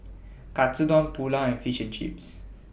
Katsudon Pulao and Fish and Chips